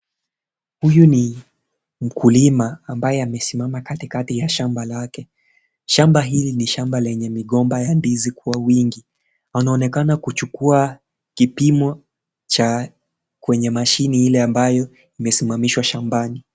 Huyu ni mkulima, ambaye amesimama katikati ya shamba lake. Shamba hili ni shamba lenye migomba ya ndizi kwa wingi. Anaonekana kuchukua kipimo cha kwenye mashini ile ambayo imesimamishwa shambani.